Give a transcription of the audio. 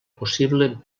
possible